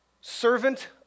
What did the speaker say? servant